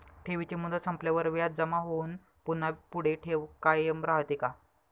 ठेवीची मुदत संपल्यावर व्याज जमा होऊन पुन्हा पुढे ठेव कायम राहते का?